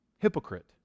hypocrite